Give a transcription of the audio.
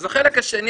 אז החלק השני.